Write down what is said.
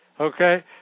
Okay